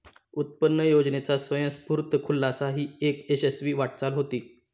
उत्पन्न योजनेचा स्वयंस्फूर्त खुलासा ही एक यशस्वी वाटचाल होती